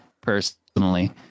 personally